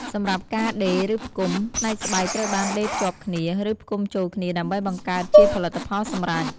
សម្រាប់ការដេរ ឬផ្គុំ ផ្នែកស្បែកត្រូវបានដេរភ្ជាប់គ្នា ឬផ្គុំចូលគ្នាដើម្បីបង្កើតជាផលិតផលសម្រេច។